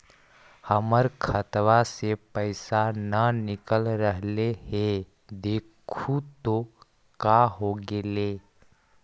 हमर खतवा से पैसा न निकल रहले हे देखु तो का होगेले?